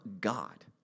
God